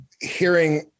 hearing